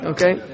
Okay